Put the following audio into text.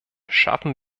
schaffen